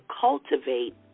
cultivate